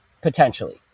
potentially